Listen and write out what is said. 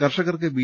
കർഷകർക്ക് ബി